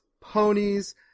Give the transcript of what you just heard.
ponies